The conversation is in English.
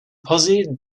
pozzo